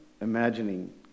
imagining